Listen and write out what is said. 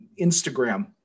Instagram